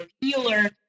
healer